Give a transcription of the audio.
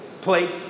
place